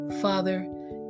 father